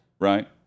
right